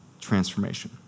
transformation